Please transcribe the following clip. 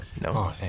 No